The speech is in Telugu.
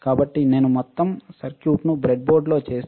కాబట్టి నేను మొత్తం సర్క్యూట్ను బ్రెడ్బోర్డ్ లో చేస్తే